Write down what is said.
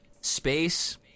Space